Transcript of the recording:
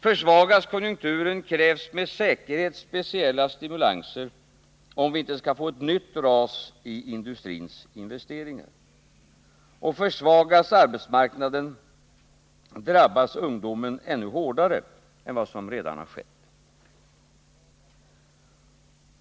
Försvagas konjunkturen krävs med säkerhet speciella stimulanser, om vi inte skall få ett nytt ras i industriinvesteringarna. Och försvagas arbetsmarknaden, drabbas ungdomen ännu hårdare än vad som redan skett.